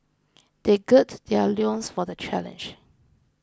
they gird their loins for the challenge